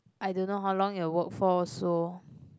I don't know how long it'll work for also